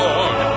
Lord